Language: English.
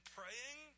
praying